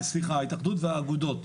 ההתאחדות והאגודות.